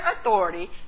authority